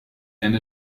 and